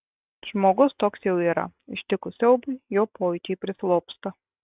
žmogus toks jau yra ištikus siaubui jo pojūčiai prislopsta